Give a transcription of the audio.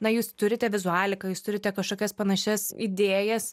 na jūs turite vizualiką jūs turite kažkokias panašias idėjas